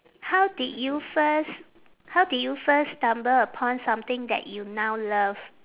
how did you first how did you first stumble upon something that you now love